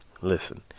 listen